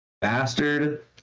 bastard